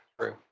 True